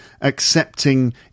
accepting